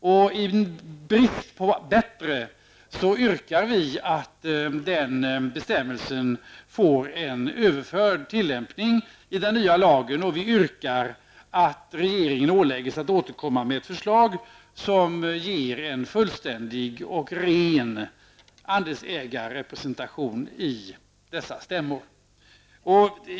I brist på bättre yrkar vi att den bestämmelsen får en överförd tillämpning i den nya lagen. Vi yrkar också att regeringen åläggs att återkomma med ett förslag som ger en fullständig och ren andelsägarrepresentation i dessa stämmor.